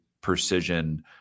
precision